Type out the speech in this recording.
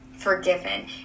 forgiven